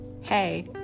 hey